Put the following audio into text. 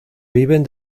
viven